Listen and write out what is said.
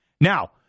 Now